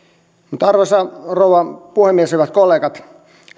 arvoisa rouva puhemies hyvät kollegat